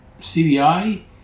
CBI